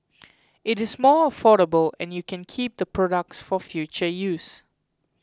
it is more affordable and you can keep the products for future use